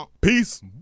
peace